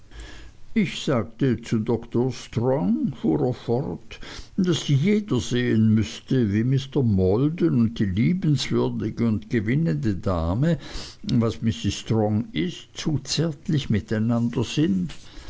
ich sagte zu dr strong fuhr er fort daß jeder sehen müßte wie mr maldon und die liebenswürdige und gewinnende dame was mrs strong ist zu zärtlich miteinander sind